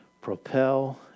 propel